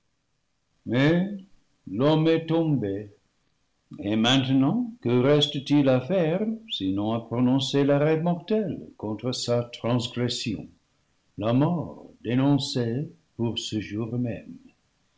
est tombé et maintenant que reste-t-il à faire sinon à prononcer l'arrêt mortel contre sa transgression la mort dénoncée pour ce jour même